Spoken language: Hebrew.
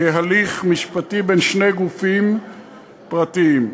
כהליך משפטי בין שני גופים פרטיים.